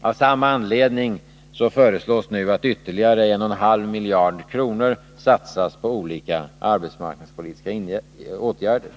Av samma anledning föreslås nu att ytterligare 1,5 miljarder kronor skall satsas på olika arbetsmarknadspolitiska åtgärder.